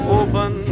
open